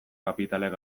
kapitalek